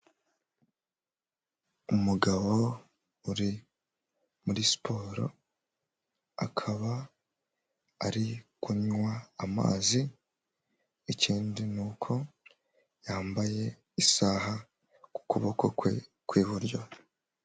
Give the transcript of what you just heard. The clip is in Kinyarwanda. Umugabo uri muri siporo, akaba ari kunywa amazi, ikindi ni uko yambaye isaha ku kuboko kwe kw'iburyo.